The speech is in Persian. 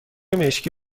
مشکی